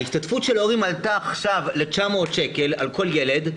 ההשתתפות של ההורים עלתה עכשיו ל-900 שקל על כל ילד,